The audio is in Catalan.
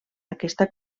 aquesta